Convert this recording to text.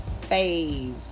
phase